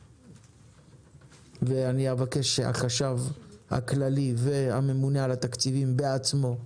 ואני אבקש שהחשב הכללי והממונה על התקציבים בעצמו,